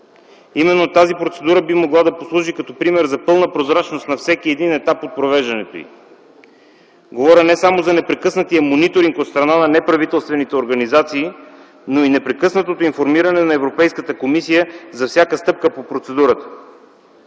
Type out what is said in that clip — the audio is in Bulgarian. Именно тази процедура би могла да послужи като пример за пълна прозрачност на всеки един етап от провеждането й – говоря не само за непрекъснатия мониторинг от страна на неправителствените организации, но и непрекъснатото информиране на Европейската комисия за всяка стъпка по процедурата.